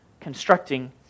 constructing